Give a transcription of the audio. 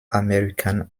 american